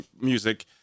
music